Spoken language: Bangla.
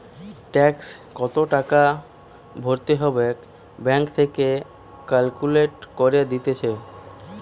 ট্যাক্সে কত টাকা ভরতে হবে ব্যাঙ্ক থেকে ক্যালকুলেট করে দিতেছে